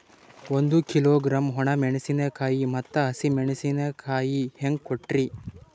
ಒಂದ ಕಿಲೋಗ್ರಾಂ, ಒಣ ಮೇಣಶೀಕಾಯಿ ಮತ್ತ ಹಸಿ ಮೇಣಶೀಕಾಯಿ ಹೆಂಗ ಕೊಟ್ರಿ?